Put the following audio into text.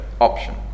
option